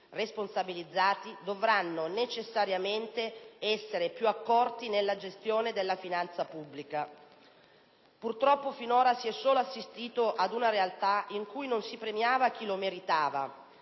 responsabilizzati, dovranno necessariamente essere più accorti nella gestione della finanza pubblica. Purtroppo finora si è assistito solo ad una realtà in cui non si premiava chi lo meritava: